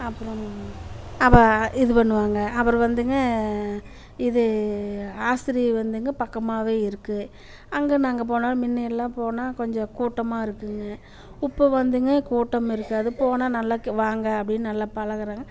அப்புறம் அப்போ இது பண்ணுவாங்க அப்புறம் வந்துங்க இது ஹாஸ்பத்திரி வந்துங்க பக்கமாகவே இருக்குது அங்கே நாங்கள் போனால் முன்னாடிலாம் போனால் கொஞ்சம் கூட்டமாக இருக்குங்க இப்போ வந்துங்க கூட்டம் இருக்காது போனால் நல்ல க வாங்க அப்படின்னு நல்ல பழகிறாங்க